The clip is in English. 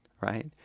right